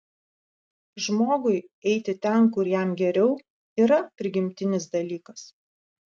žmogui eiti ten kur jam geriau yra prigimtinis dalykas